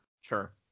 Sure